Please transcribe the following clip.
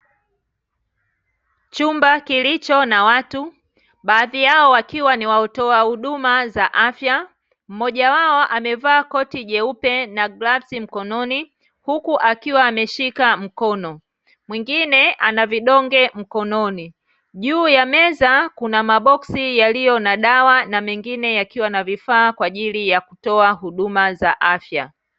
Chumba kilicho na watu, baadhi yao wakiwa ni watoa huduma za afya, mmoja wao amevaa koti jeupe na glavsi mkononi huku akiwa ameshika mkono. Mwingine ana vidonge mkononi. Juu ya meza kuna maboksi yaliyo na dawa, na mengine yakiwa na vifaa kwa ajili ya kutoa huduma za afya.